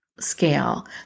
scale